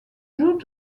jouent